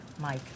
Mike